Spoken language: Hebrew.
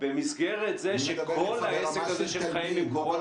-- במסגרת זה שכל העסק הזה שחיים עם הקורונה,